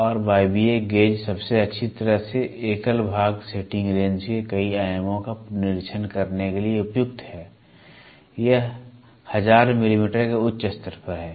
और वायवीय गेज सबसे अच्छी तरह से एकल भाग सेटिंग रेंज के कई आयामों का निरीक्षण करने के लिए उपयुक्त हैं यह 1000 मिमी के उच्च स्तर पर है